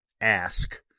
ask